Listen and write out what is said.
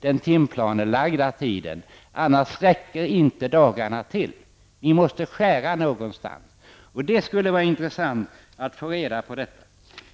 den timplanelagda tiden, annars räcker inte dagarna till. Ni måste skära någonstans. Det skulle vara intressant att få reda på vad ni vill göra.